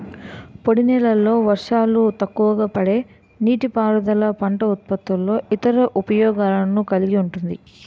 పొడినేలల్లో వర్షాలు తక్కువపడే నీటిపారుదల పంట ఉత్పత్తుల్లో ఇతర ఉపయోగాలను కలిగి ఉంటుంది